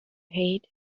height